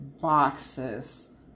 boxes